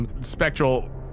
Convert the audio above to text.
spectral